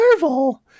Marvel